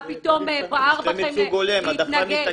מה פתאום בער בכם להתנגד?